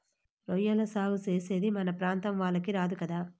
రొయ్యల సాగు చేసేది మన ప్రాంతం వాళ్లకి రాదు కదా